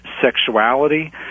sexuality